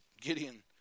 Gideon